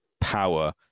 power